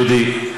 דודי.